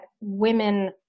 women